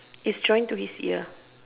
is drive to India